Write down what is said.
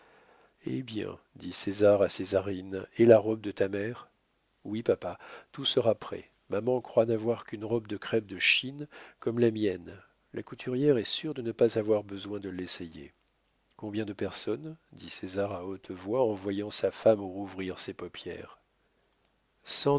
hé bien dit césar à césarine et la robe de ta mère oui papa tout sera prêt maman croit n'avoir qu'une robe de crêpe de chine comme la mienne la couturière est sûre de ne pas avoir besoin de l'essayer combien de personnes dit césar à haute voix en voyant sa femme rouvrir ses paupières